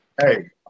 Hey